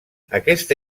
aquesta